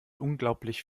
unglaublich